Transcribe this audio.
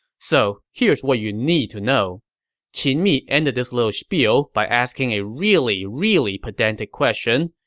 so here's what you need to know qin mi ended this little spiel by asking a really really pedantic question,